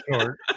short